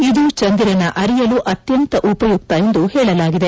ಇದು ಚಂದಿರನ ಅರಿಯಲು ಅತ್ಯಂತ ಉಪಯುಕ್ತ ಎಂದು ಹೇಳಲಾಗಿದೆ